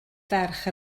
ferch